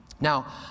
Now